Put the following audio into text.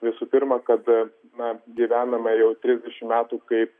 visų pirma kad na gyvename jau trisdešimt metų kai